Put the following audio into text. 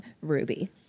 Ruby